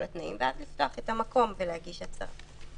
התנאים ואז לפתוח את המקום ולהגיש הצהרה.